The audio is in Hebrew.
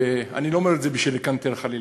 אני לא אומר את זה בשביל לקנטר חלילה,